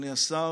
אדוני השר,